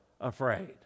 afraid